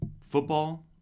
Football